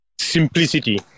simplicity